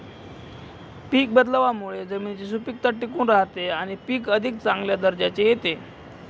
पीक बदलावामुळे जमिनीची सुपीकता टिकून राहते आणि पीक अधिक चांगल्या दर्जाचे येते